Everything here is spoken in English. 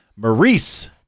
Maurice